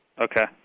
Okay